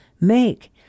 make